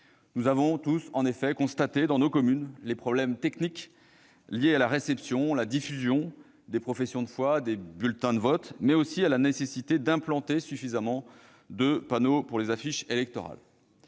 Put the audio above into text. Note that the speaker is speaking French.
Nous avons tous constaté dans nos communes les problèmes techniques liés à la réception et à la diffusion des professions de foi, des bulletins de vote, mais aussi à la nécessité d'implanter suffisamment de panneaux pour les affiches électorales.